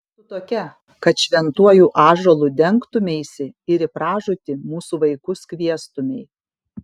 kas tu tokia kad šventuoju ąžuolu dengtumeisi ir į pražūtį mūsų vaikus kviestumei